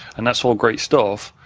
and that's all great stuff.